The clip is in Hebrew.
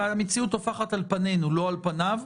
המציאות טופחת על פנינו, לא על פניו.